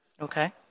Okay